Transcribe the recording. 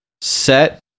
set